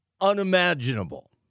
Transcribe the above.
unimaginable